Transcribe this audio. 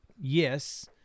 Yes